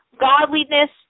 godliness